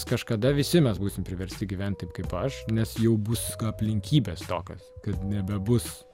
kažkada visi mes būsim priversti gyventi taip kaip aš nes jau bus aplinkybės tokios kad nebebus